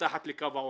מתחת לקו העוני.